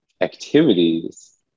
activities